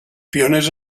pioners